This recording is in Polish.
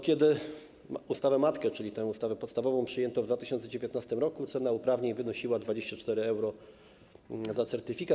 Kiedy ustawę matkę, czyli tę ustawę podstawową, przyjęto w 2019 r., cena uprawnień wynosiła 24 euro za certyfikat.